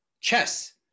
chess